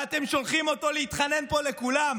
ואתם שולחים אותו להתחנן פה לכולם.